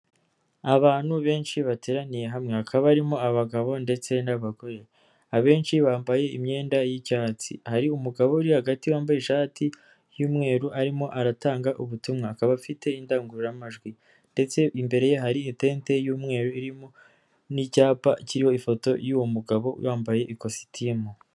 Abantu benshi bateraniye hamwe, hakaba barimo abagabo ndetse abenshi bambaye imyenda y'icyatsi, hari umugabo uri hagati wambaye ishati y'umweru arimo aratanga ubutumwa, akaba afite indangururamajwi ndetse imbere hari itente y'umweru irimo n'icyapa k'ifoto y'uwo mugabo yambaye ikositimu.